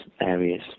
areas